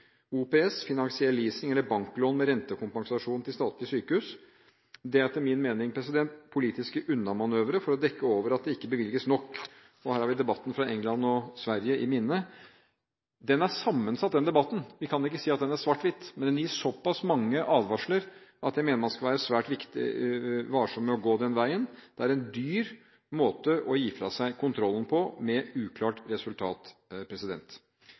OPS, finansiell leasing eller banklån med rentekompensasjon til statlige sykehus. Det er etter min mening politiske unnamanøvre for å dekke over at det ikke bevilges nok, og her har vi debatten fra England og Sverige i minne. Den debatten er sammensatt, vi kan ikke si at den er svart-hvitt, men den gir såpass mange advarsler at jeg mener man skal være svært varsom med å gå den veien. Det er en dyr måte å gi fra seg kontrollen på, med uklart resultat.